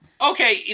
Okay